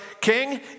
king